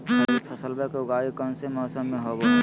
खरीफ फसलवा के उगाई कौन से मौसमा मे होवय है?